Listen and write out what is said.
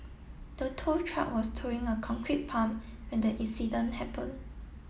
the tow truck was towing a concrete pump when the incident happen